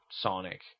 Sonic